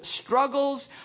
struggles